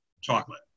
chocolate